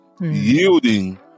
Yielding